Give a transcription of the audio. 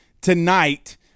Tonight